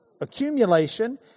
accumulation